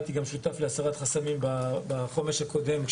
הייתי גם שותף להסרת חסמים בחומש הקודם.